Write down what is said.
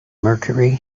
mercury